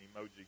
emoji